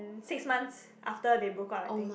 six months after they broke up I think